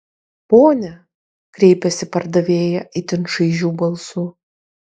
pone kreipėsi pardavėja itin šaižiu balsu